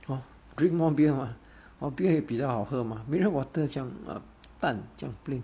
hor drink more beer mah hor beer 也比较好喝 mah mineral water 这样淡 mah 这样 plain